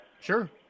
sure